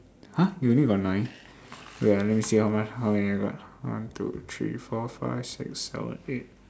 !huh! you only got nine wait ah let me see how much how many I got one two three four five six seven eight